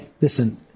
listen